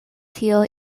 tio